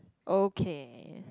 okay